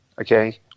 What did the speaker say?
Okay